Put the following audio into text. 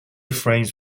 frames